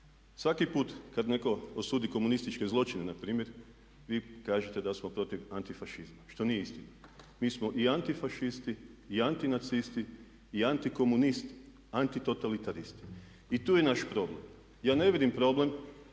Svaki put kada netko osudi komunističke zločine na primjer vi kažete da smo protiv antifašizma, što nije istina. Mi smo i antifašisti i antinacisti i antikomunisti, Anti totalitaristi i tu je naš problem. Ja ne vidim problem